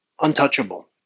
untouchable